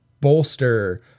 bolster